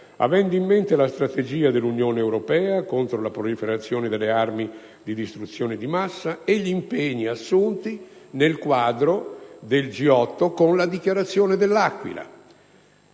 avendo a mente la strategia dell'Unione europea contro la proliferazione delle armi di distruzione di massa e gli impegni assunti nel quadro del G8 con la Dichiarazione dell'Aquila